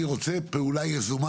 אני רוצה פעולה יזומה